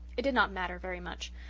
it did not matter very much.